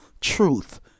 truth